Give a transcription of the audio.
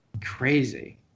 crazy